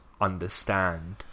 understand